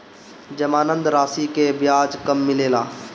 जमानद राशी के ब्याज कब मिले ला?